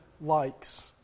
likes